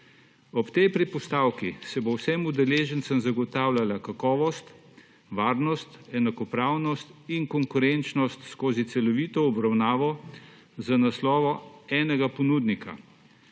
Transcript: Ob tej predpostavki se bo vsem udeležencem zagotavljala kakovost, varnost, enakopravnost in konkurenčnost skozi celovito obravnavo z naslova enega ponudnika.